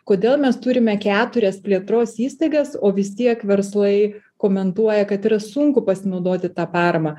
kodėl mes turime keturias plėtros įstaigas o vis tiek verslai komentuoja kad yra sunku pasinaudoti ta parama